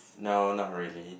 no not really